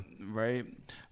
right